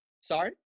Sorry